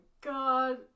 god